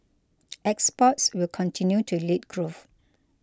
exports will continue to lead growth